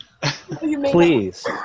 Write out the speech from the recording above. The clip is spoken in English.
please